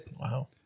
Wow